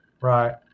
Right